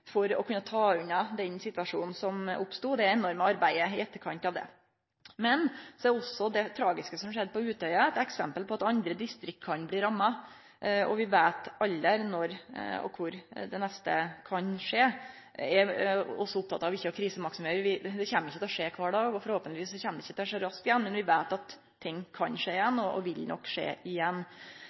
for å kunne ta unna den situasjonen som oppstod, og det enorme arbeidet i etterkant av det. Men så er også det tragiske som skjedde på Utøya, eit eksempel på at andre distrikt kan bli ramma, og vi veit aldri når og kor det neste gong kan skje. Eg er også oppteken av ikkje å krisemaksimere – det kjem ikkje til å skje kvar dag, og forhåpentleg kjem det ikkje til å skje raskt igjen. Men vi veit at ting kan skje igjen og vil nok skje igjen.